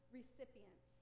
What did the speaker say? recipients